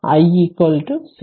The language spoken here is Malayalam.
അതിനാൽ i 0